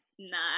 Nice